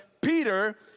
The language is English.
Peter